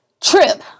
trip